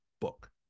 book